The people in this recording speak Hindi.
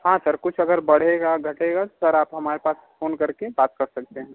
हाँ सर कुछ अगर बढ़ेगा घटेगा सर आप हमारे पास फोन करके बात कर सकते हैं